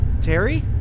Terry